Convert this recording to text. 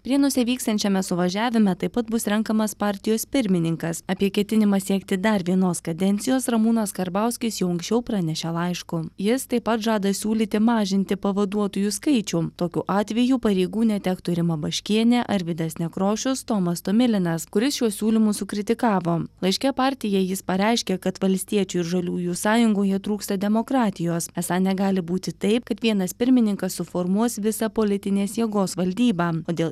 prienuose vyksiančiame suvažiavime taip pat bus renkamas partijos pirmininkas apie ketinimą siekti dar vienos kadencijos ramūnas karbauskis jau anksčiau pranešė laišku jis taip pat žada siūlyti mažinti pavaduotojų skaičių tokiu atveju pareigų netektų rima baškienė arvydas nekrošius tomas tomilinas kuris šiuos siūlymus sukritikavo laiške partijai jis pareiškė kad valstiečių ir žaliųjų sąjungoje trūksta demokratijos esą negali būti taip kad vienas pirmininkas suformuos visą politinės jėgos valdybą o dėl